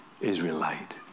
Israelite